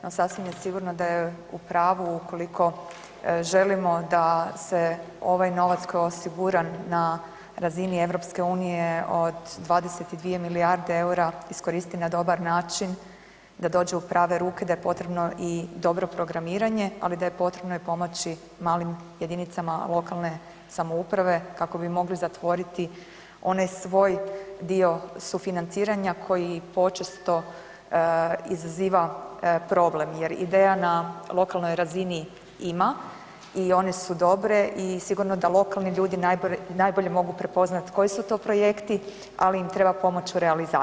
No, sasvim je sigurno da je u pravu ukoliko želimo da se ovaj novac koji je osiguran na razini EU od 22 milijarde EUR-a iskoristi na dobar način, da dođe u prave ruke, da je potrebno i dobro programiranje, ali da je potrebno i pomoći malim JLS-ovima kako bi mogle zatvoriti onaj svoj dio sufinanciranja koji počesto izaziva problem jer ideja na lokalnoj razini ima i one su dobre i sigurno da lokalni ljudi najbolje mogu prepoznat koji su to projekti, ali im treba pomoć u realizaciji.